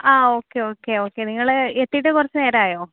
ആ okay okay okay നിങ്ങൾ എത്തിയിട്ട് കുറച്ച് നേരമായോ